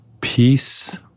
Peace